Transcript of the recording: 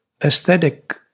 aesthetic